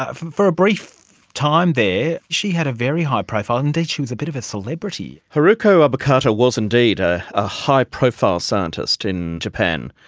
um for a brief time there she had a very high profile, indeed she was a bit of a celebrity. haruko obokata was indeed a a high profile scientist in japan.